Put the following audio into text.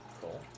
Cool